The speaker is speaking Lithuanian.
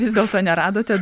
vis dėlto neradote